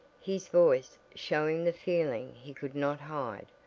his voice showing the feeling he could not hide,